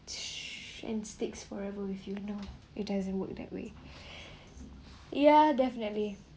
and sticks forever if you know it doesn't work that way ya definitely